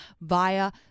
via